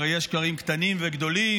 הרי יש שקרים קטנים וגדולים,